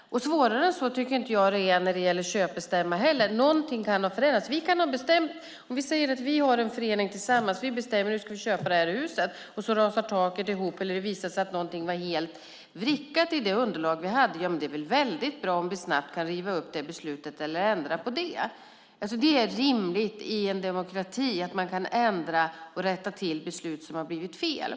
Svårare än så tycker inte jag att det är när det gäller köpstämma heller. Någonting kan ha förändrats. Vi kan säga att vi har en förening tillsammans. Vi bestämmer att nu ska vi köpa det här huset och så rasar taket ihop eller det visar sig att någonting var helt vrickat i det underlag vi hade. Det är väl väldigt bra om vi snabbt kan riva upp beslutet eller ändra på det. Det är rimligt i en demokrati att man kan ändra och rätta till beslut som har blivit fel.